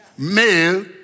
male